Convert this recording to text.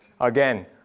Again